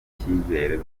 icyizere